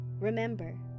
remember